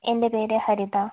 എൻ്റെ പേര് ഹരിത